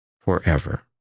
forever